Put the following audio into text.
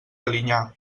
alinyà